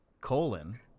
colon